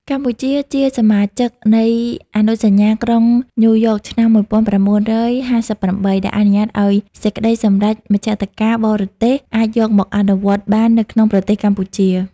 កម្ពុជាជាសមាជិកនៃអនុសញ្ញាក្រុងញូវយ៉កឆ្នាំ ១៩៥៨ ដែលអនុញ្ញាតឱ្យសេចក្តីសម្រេចមជ្ឈត្តការបរទេសអាចយកមកអនុវត្តបាននៅក្នុងប្រទេសកម្ពុជា។